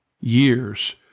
years